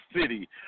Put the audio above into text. City